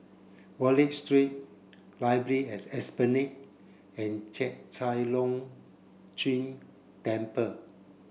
Wallich Street Library at Esplanade and Chek Chai Long Chuen Temple